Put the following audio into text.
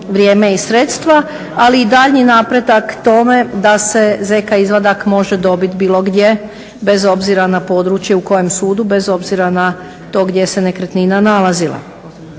vrijeme i sredstava, ali i daljnji napredak tome da se ZK izvadak može dobit bilo gdje bez obzira na područje u kojem sudu, bez obzira na to gdje se nekretnina nalazila.